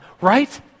Right